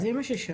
זה מה ששאלתי.